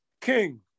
King